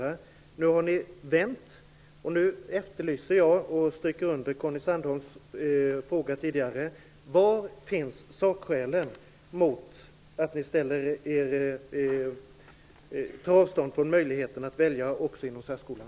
Nu har ni vänt. Jag efterlyser nu, och stryker under den fråga Conny Sandholm ställde tidigare, sakskälen till att ni tar avstånd från möjligheten att välja även inom särskolan.